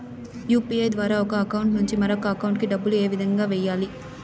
UPI ద్వారా ఒక account నుంచి మరొక అకౌంట్ కి డబ్బులు ఏ విధంగా వెయ్యాలి